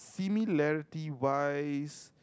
similarity wise